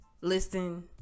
listen